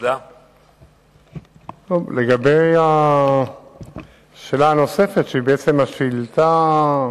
לגבי השאלה הנוספת, שהיא בעצם השאילתא,